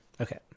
Okay